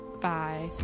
Bye